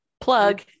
plug